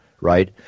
Right